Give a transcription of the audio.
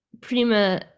Prima